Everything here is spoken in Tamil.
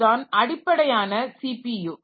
இதுதான் அடிப்படையான சிபியு